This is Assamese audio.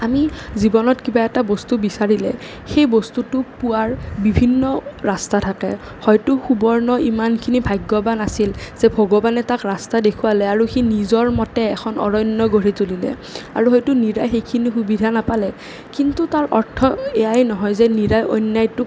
আমি জীৱনত কিবা এটা বস্তু বিচাৰিলে সেই বস্তুটো পোৱাৰ বিভিন্ন ৰাস্তা থাকে হয়তো সুবৰ্ণ ইমানখিনি ভাগ্যৱান আছিল যে ভগৱানে তাক ৰাস্তা দেখুৱালে আৰু সি নিজৰ মতে এখন অৰণ্য গঢ়ি তুলিলে আৰু হয়তো মীৰাই সেইখিনি সুবিধা নাপালে কিন্তু তাৰ অৰ্থ এয়াই নহয় যে মীৰাই অন্যায়টোক